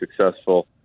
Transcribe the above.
successful